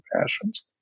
passions